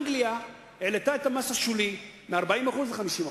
אנגליה העלתה את המס השולי מ-40% ל-50%.